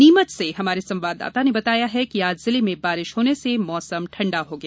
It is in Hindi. नीमच से हमारे संवाददाता ने बताया कि आज जिले में बारिश होने से मौसम ठंडा हो गया